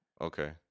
Okay